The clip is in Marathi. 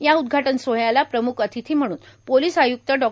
या उदघाटन सोहळ्याला प्रमुख अतिथी म्हणून पोलीस आय्क्त डॉ